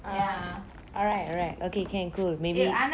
alright alright okay can cool maybe